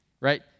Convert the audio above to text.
right